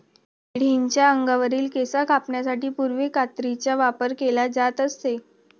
मेंढीच्या अंगावरील केस कापण्यासाठी पूर्वी कात्रीचा वापर केला जात असे